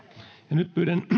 nyt